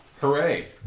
Hooray